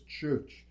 church